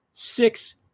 Six